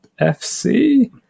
FC